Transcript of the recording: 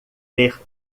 ler